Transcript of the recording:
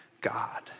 God